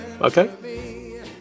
okay